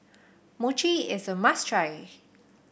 Mochi is a must try